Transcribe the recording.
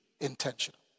intentional